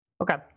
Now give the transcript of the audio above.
Okay